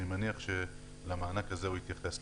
אני מניח שלמענה כזה הוא התייחס.